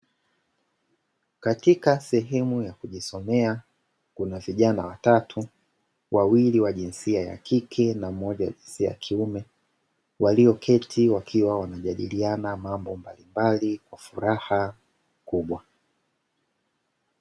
Katika sehemu ya kujisomea kuna vijana watatu, wawili wa jinsia ya kike na mmoja wa jinsia ya kiume walioketi wakiwa wanajadiliana mambo mbalimbali kwa furaha kubwa.